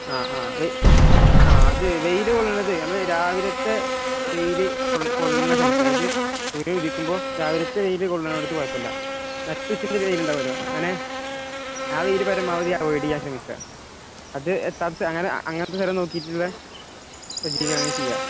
ആ ആ ആ അത് വെയില് കൊള്ളുന്നത് നമ്മള് രാവിലത്തെ വെയില് കൊള്ളുന്ന സ്ഥലത്ത് അതായത് സുര്യന് ഉദിക്കുമ്പോള് രാവിലത്തെ വെയില് കൊള്ളുന്നയിടത്ത് കുഴപ്പമില്ല നട്ടുച്ചയുടെ വെയിലുണ്ടാകുമല്ലോ അങ്ങനെ ആ വെയില് പരമാവധി അവോയിഡ് ചെയ്യാൻ ശ്രമിക്കുക അത് അങ്ങനത്തെ സ്ഥലം നോക്കിയിട്ടുള്ള സജ്ജീകരണങ്ങള് ചെയ്യുക